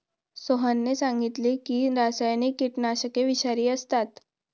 सोहनने सांगितले की रासायनिक कीटकनाशके विषारी असतात